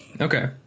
Okay